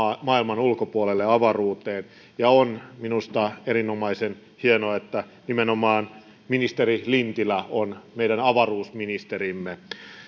maailman ulkopuolelle avaruuteen ja on minusta erinomaisen hienoa että nimenomaan ministeri lintilä on meidän avaruusministerimme